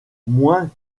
moins